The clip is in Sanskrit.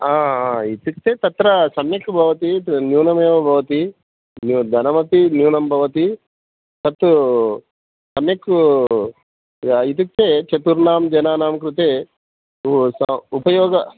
इत्युक्ते तत्र सम्यक् भवति न्यूनमेव भवति धनमपि न्यूनं भवति तत् सम्यक इत्युक्ते चतुर्णां जनानां कृते उपयोगः